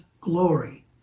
glory